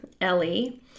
Ellie